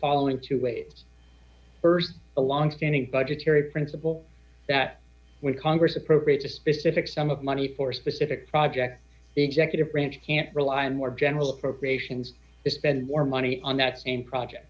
following two ways first a longstanding budgetary principle that when congress appropriates a specific sum of money for specific projects executive branch can't rely on more general appropriations to spend more money on that same project